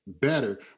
better